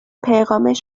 پیغامش